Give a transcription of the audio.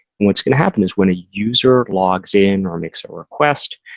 what's going to happen is when a user logs in or makes a request,